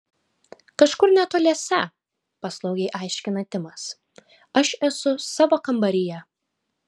kažkur netoliese paslaugiai aiškina timas aš esu savo kambaryje